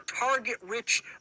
target-rich